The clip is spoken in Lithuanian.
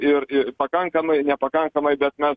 ir pakankamai nepakankamai bet mes